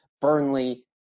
Burnley